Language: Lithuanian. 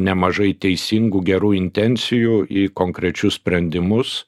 nemažai teisingų gerų intencijų į konkrečius sprendimus